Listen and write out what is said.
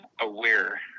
aware